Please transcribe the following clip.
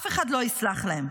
אף אחד לא יסלח להם.